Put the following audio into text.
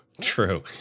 true